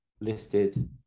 listed